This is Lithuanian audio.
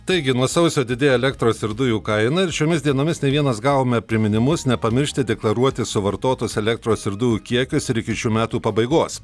taigi nuo sausio didėja elektros ir dujų kaina ir šiomis dienomis ne vienas gavome priminimus nepamiršti deklaruoti suvartotos elektros ir dujų kiekius ir iki šių metų pabaigos